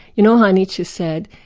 you know how nietzsche said,